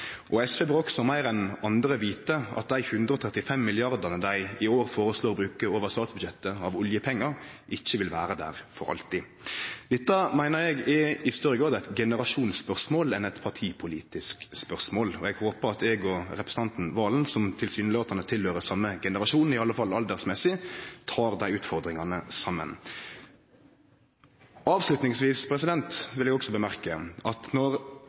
SV bør også – meir enn andre – vite at dei 135 mrd. kr som dei i år foreslår å bruke over statsbudsjettet av oljepengar, ikkje vil vere der for alltid. Dette meiner eg i større grad er eit generasjonsspørsmål enn eit partipolitisk spørsmål. Eg håper at eg og representanten Serigstad Valen, som tilsynelatande høyrer til same generasjon, i alle fall når det gjeld alder, tek desse utfordringane saman. Avslutningsvis vil eg seie at når